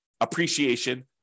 appreciation